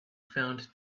found